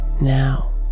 now